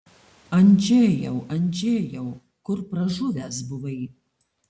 andžejau andžejau kur pražuvęs buvai